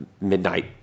Midnight